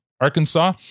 Arkansas